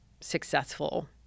successful